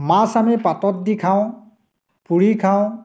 মাছ আমি পাতত দি খাওঁ পুৰি খাওঁ